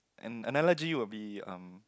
and analogy will be um